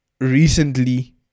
recently